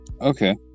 Okay